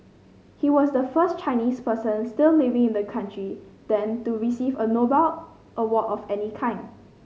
he was the first Chinese person still living in the country then to receive a Nobel award of any kind